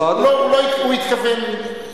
לא דיברת על 80?